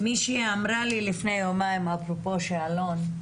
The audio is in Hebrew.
אפרופו שאלון,